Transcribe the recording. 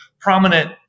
prominent